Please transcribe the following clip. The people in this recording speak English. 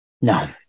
No